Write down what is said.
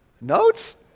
Notes